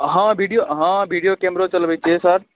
हँ विडियो हँ विडियो कैमरो चलबै छियै सर